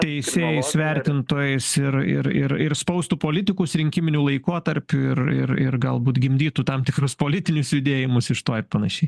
teisėjais vertintojais ir ir ir ir spaustų politikus rinkiminiu laikotarpiu ir ir ir galbūt gimdytų tam tikrus politinius judėjimus iš to ir panašiai